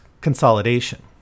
consolidation